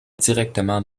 directement